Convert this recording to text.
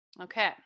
Okay